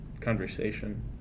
conversation